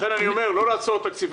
לכן אני אומר: לא לעצור את תקציבי